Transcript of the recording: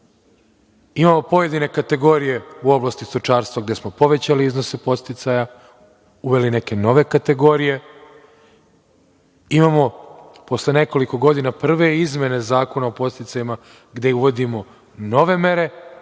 Imamo pojedine kategorije u oblasti stočarstva, gde smo povećali iznose podsticaja, uveli neke nove kategorije, imamo posle nekoliko godina prve izmene Zakona o podsticajima gde uvodimo nove mere,